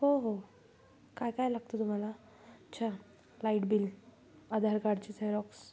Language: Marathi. हो हो काय काय लागतं तुम्हाला अच्छा लाईट बिल आधार कार्डची झेरॉक्स